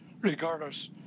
regardless